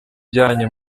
ujyanye